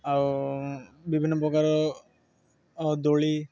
ଆଉ ବିଭିନ୍ନ ପ୍ରକାର ଦୋଳି